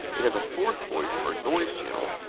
it has a fourth voice for a noise channel.